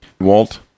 Walt